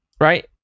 right